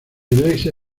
iglesia